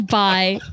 bye